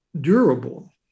durable